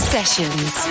Sessions